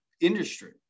industry